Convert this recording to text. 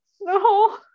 No